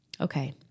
Okay